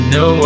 no